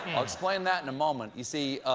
i'll explain that in a moment, you see,